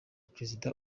perezida